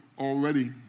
already